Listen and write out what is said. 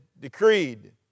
decreed